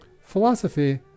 Philosophy